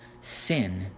Sin